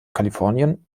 kalifornien